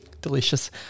Delicious